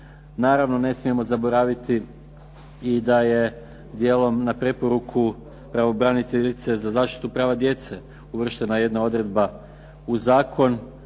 naravno ne smijemo zaboraviti i da je dijelom na preporuku pravobraniteljice za zaštitu prava djece uvrštena jedna odredba u Zakon